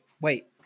wait